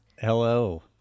Hello